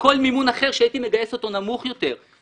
לכל מימון אחר, שהייתי מגייס אותו נמוך יותר.